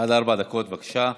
עד ארבע דקות, בבקשה.